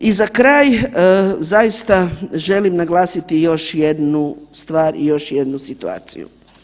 I za kraj, zaista želim naglasiti još jednu stvar i još jednu situaciju.